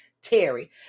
terry